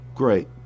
great